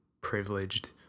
privileged